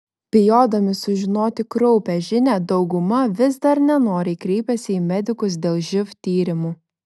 bijodami sužinoti kraupią žinią dauguma vis dar nenoriai kreipiasi į medikus dėl živ tyrimų